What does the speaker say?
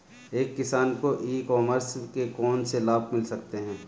एक किसान को ई कॉमर्स के कौनसे लाभ मिल सकते हैं?